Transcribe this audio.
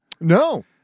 No